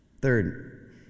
Third